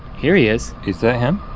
here he is. is that him?